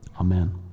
amen